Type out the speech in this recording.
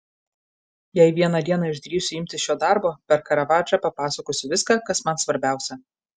jei vieną dieną išdrįsiu imtis šio darbo per karavadžą papasakosiu viską kas man svarbiausia